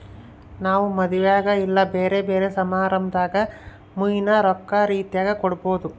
ನಾವು ಮದುವೆಗ ಇಲ್ಲ ಬ್ಯೆರೆ ಬ್ಯೆರೆ ಸಮಾರಂಭದಾಗ ಮುಯ್ಯಿನ ರೊಕ್ಕ ರೀತೆಗ ಕೊಡಬೊದು